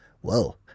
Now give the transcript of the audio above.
whoa